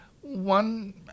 One